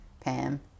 pam